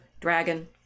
dragon